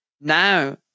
Now